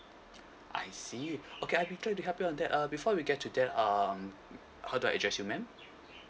I see okay I'll be glad to help your that uh before we get to that um how do I address you ma'am